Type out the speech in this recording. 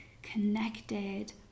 connected